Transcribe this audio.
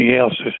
else